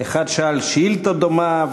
האחד שאל שאילתה דומה,